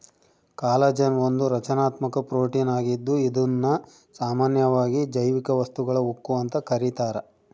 collagen ಒಂದು ರಚನಾತ್ಮಕ protein ಆಗಿದ್ದು ಇದುನ್ನ ಸಾಮಾನ್ಯವಾಗಿ ಜೈವಿಕ ವಸ್ತುಗಳ ಉಕ್ಕು ಅಂತ ಕರೀತಾರ